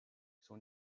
son